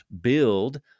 build